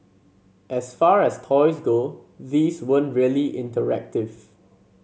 as far as toys go these weren't really interactive